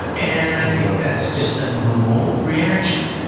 and i think that's just a normal reaction.